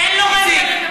תן לו רגע לדבר.